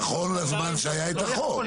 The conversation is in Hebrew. נכון לזמן שהיה את החוק.